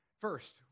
First